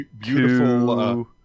beautiful